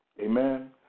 Amen